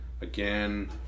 again